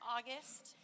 August